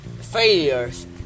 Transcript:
failures